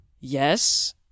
yes